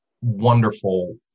wonderful